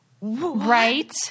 Right